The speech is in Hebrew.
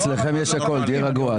אצלכם יש הכול, תהיה רגוע.